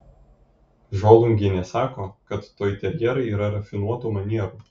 žolungienė sako kad toiterjerai yra rafinuotų manierų